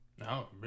No